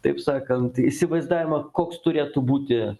taip sakant įsivaizdavimą koks turėtų būti